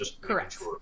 Correct